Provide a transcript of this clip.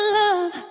love